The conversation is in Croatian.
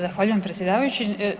Zahvaljujem predsjedavajući.